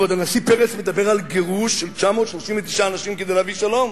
כבוד הנשיא פרס מדבר על גירוש של 939 אנשים כדי להביא שלום?